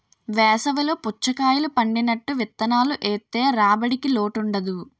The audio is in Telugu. వేసవి లో పుచ్చకాయలు పండినట్టు విత్తనాలు ఏత్తె రాబడికి లోటుండదు